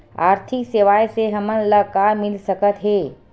आर्थिक सेवाएं से हमन ला का मिल सकत हे?